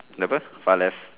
kenapa far left